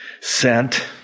sent